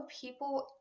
people